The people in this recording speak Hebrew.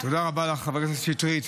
תודה רבה לך, חברת הכנסת שטרית.